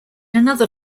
another